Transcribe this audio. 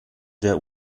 der